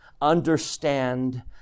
understand